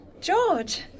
George